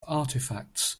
artifacts